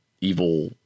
evil